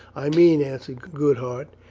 i mean, answered goodhart,